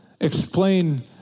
explain